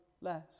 less